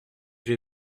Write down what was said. vais